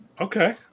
Okay